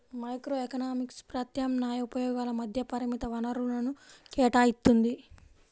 microeconomics ప్రత్యామ్నాయ ఉపయోగాల మధ్య పరిమిత వనరులను కేటాయిత్తుంది